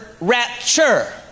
rapture